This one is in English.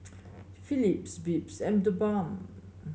Philips Beats and TheBalm